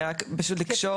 זה היה רק פשוט לקשור.